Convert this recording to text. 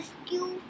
rescue